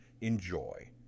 Enjoy